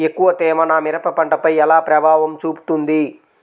ఎక్కువ తేమ నా మిరప పంటపై ఎలా ప్రభావం చూపుతుంది?